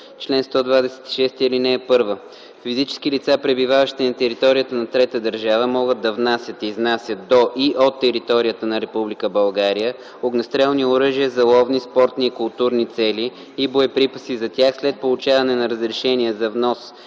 чл. 126: „Чл. 126. (1) Физически лица, пребиваващи на територията на трета държава, могат да внасят/изнасят до и от територията на Република България огнестрелни оръжия за ловни, спортни и културни цели и боеприпаси за тях след получаване на разрешение за